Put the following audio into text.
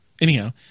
Anyhow